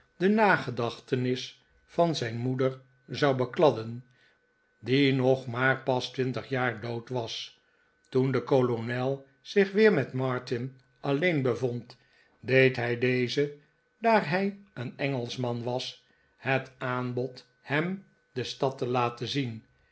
de nagedachtenis van zijn moeder zou bekladden die nog maar pas twintig jaar dood was toen de kolonel zich weer met martin alleen bevond deed hij dezen daar hij een engelschman was het aanbod hem de stad te laten zien